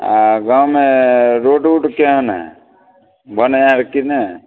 आओर गाममे रोड उड केहन हइ बनैए कि नहि